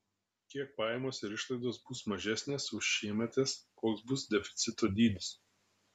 kiek pajamos ir išlaidos bus mažesnės už šiemetes koks bus deficito dydis